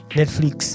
Netflix